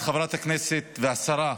את חברת הכנסת והשרה,